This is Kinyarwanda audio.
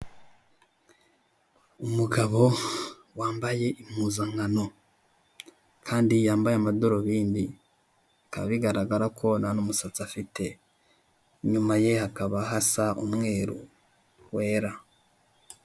Umugabo wambaye impuzankano kandi yambaye amadarubindi kandi bikaba bigaragara ko nta n'umusatsi afite inyuma ye hakaba hasa umweru wera.